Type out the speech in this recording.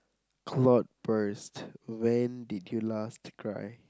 cloud burst when did you last cry